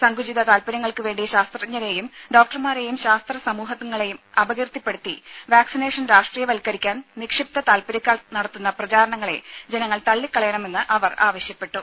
സങ്കുചിത താല്പര്യങ്ങൾക്ക് വേണ്ടി ശാസ്ത്രജ്ഞരെയും ഡോക്ടർമാരെയും ശാസ്ത്ര സമൂഹത്തെയും അപകീർത്തിപ്പെടുത്തി വാക്സിനേഷൻ രാഷ്ട്രീയവൽക്കരിക്കാൻ നിക്ഷിപ്ത താല്പര്യക്കാർ നടത്തുന്ന പ്രചാരണങ്ങളെ ജനങ്ങൾ തള്ളിക്കളയണമെന്ന് അവർ ആവശ്യപ്പെട്ടു